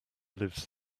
lives